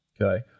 Okay